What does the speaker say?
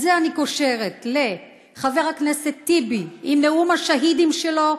את זה אני קושרת לחבר הכנסת טיבי עם "נאום השהידים" שלו.